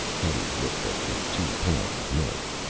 hetty looked at the two pails of milk.